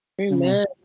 Amen